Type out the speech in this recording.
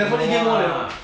!wah!